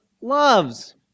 loves